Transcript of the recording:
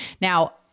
Now